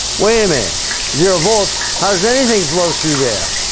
wait a minute zero volts how does anything flow through there?